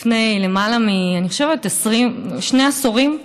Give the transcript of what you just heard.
אני חושבת, לפני למעלה משני עשורים,